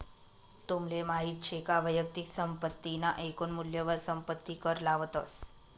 तुमले माहित शे का वैयक्तिक संपत्ती ना एकून मूल्यवर संपत्ती कर लावतस